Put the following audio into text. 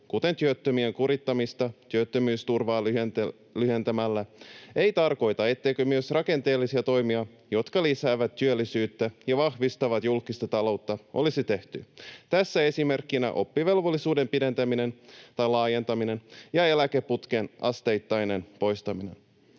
kuten työttömien kurittamista työttömyysturvaa lyhentämällä, ei tarkoita, etteikö myös rakenteellisia toimia, jotka lisäävät työllisyyttä ja vahvistavat julkista taloutta, olisi tehty. Tästä esimerkkinä oppivelvollisuuden laajentaminen ja eläkeputken asteittainen poistaminen.